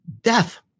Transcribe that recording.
death